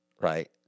Right